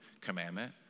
commandment